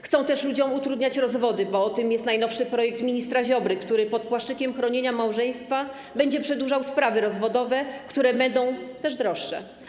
Chcą też ludziom utrudniać rozwody, bo o tym jest najnowszy projekt ministra Ziobry, który pod płaszczykiem chronienia małżeństwa będzie przedłużał sprawy rozwodowe, które będą też droższe.